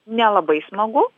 nelabai smagu